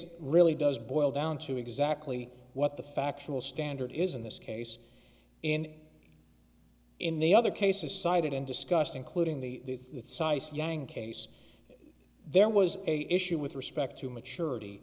really does boil down to exactly what the factual standard is in this case in in the other cases cited and discussed including the syce yang case there was a issue with respect to maturity